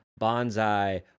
bonsai